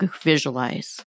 visualize